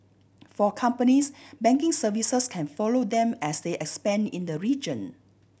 for companies banking services can follow them as they expand in the region